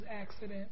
accident